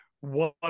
one